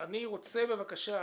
אני רוצה להתחיל בבקשה